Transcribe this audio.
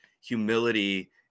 humility